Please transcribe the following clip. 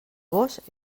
gos